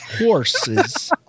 Horses